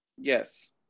Yes